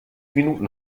minuten